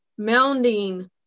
mounding